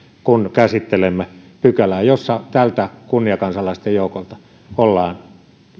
kun käsittelemme pykälää jossa tältä kunniakansalaisten joukolta ollaan